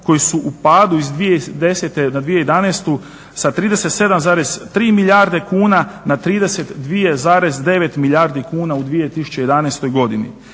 koje su u padu iz 2010. na 2011. sa 37,3 milijarde kuna na 32,9 milijardi kuna u 2011. godini.